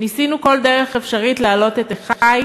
ניסינו כל דרך אפשרית להעלות את אחי,